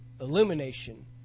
illumination